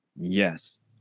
Yes